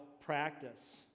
practice